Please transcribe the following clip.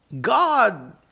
God